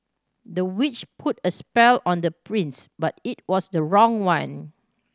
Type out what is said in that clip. the witch put a spell on the prince but it was the wrong one